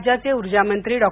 राज्याचे ऊर्जामंत्री डॉ